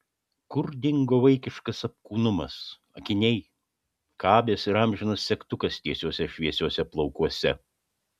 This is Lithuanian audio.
kur dingo vaikiškas apkūnumas akiniai kabės ir amžinas segtukas tiesiuose šviesiuose plaukuose